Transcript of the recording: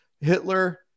Hitler